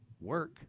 work